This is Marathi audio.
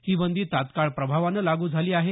ही बंदी तात्काळ प्रभावानं लागू झाली आहे